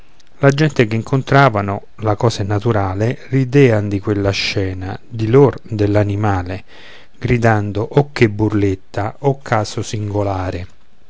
la gente che incontravano la cosa è naturale ridean di quella scena di lor dell'animale gridando oh che burletta oh caso singolare